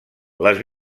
les